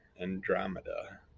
Andromeda